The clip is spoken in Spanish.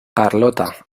carlota